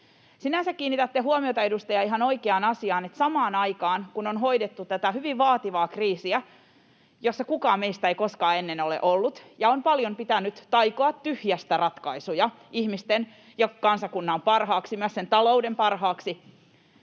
Sinänsä kiinnitätte huomiota, edustaja, ihan oikeaan asiaan, että samaan aikaan, kun on hoidettu tätä hyvin vaativaa kriisiä, jossa kukaan meistä ei koskaan ennen ole ollut ja on paljon pitänyt taikoa tyhjästä ratkaisuja ihmisten ja kansakunnan parhaaksi, myös sen talouden parhaaksi,